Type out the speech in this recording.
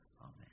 Amen